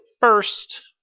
First